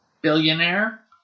billionaire